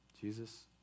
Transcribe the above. Jesus